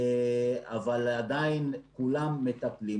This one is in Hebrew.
אבל עדיין כולם מטפלים.